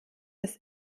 ist